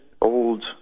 old